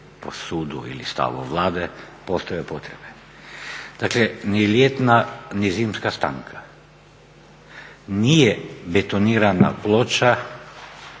sudu ili stavu Vlade, postoje potrebe. Dakle ni ljetna ni zimska stanka nije betonirana ploča